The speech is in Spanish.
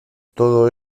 todo